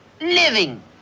Living